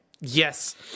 Yes